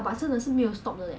ya 我 just follow 你